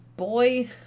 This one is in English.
boy